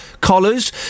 collars